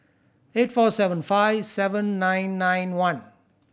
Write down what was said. eight four seven five seven nine nine one